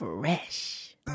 Fresh